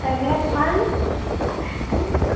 seven one seven one আই ঔ মা